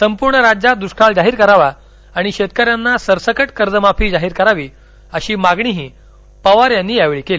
संपूर्ण राज्यात दृष्काळ जाहीर करावा आणि शेतकऱ्यांना सरसकट कर्जमाफी जाहीर करावी अशी मागणीही पवार यांनी यावेळी केली